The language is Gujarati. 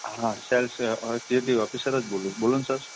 હા સેલ્સ એક્ઝિક્યુટિવ ઑફિસર જ બોલું બોલો ને સર